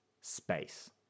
space